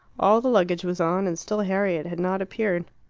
all the luggage was on, and still harriet had not appeared.